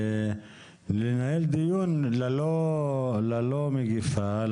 ננהל דיון ללא מגיפה,